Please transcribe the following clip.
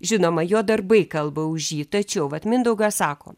žinoma jo darbai kalba už jį tačiau vat mindaugas sako